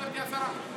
גברתי השרה?